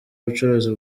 ubucuruzi